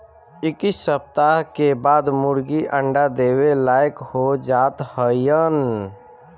इक्कीस सप्ताह के बाद मुर्गी अंडा देवे लायक हो जात हइन